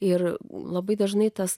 ir labai dažnai tas